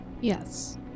Yes